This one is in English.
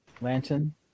lantern